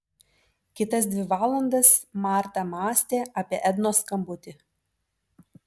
kitas dvi valandas marta mąstė apie ednos skambutį